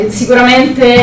sicuramente